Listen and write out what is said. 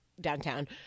downtown